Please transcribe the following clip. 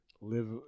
live